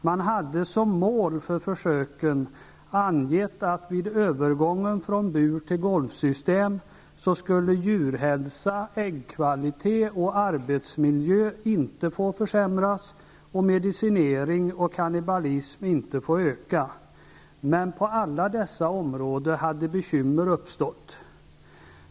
Man hade som mål för försöken angett att vid övergång från bur till golvsystem skulle djurhälsa, äggkvalitet och arbetsmiljö inte få försämras och medicinering och kannibalism inte få öka. Men på alla dessa områden hade bekymmer uppstått.